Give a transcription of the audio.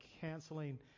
canceling